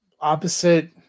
opposite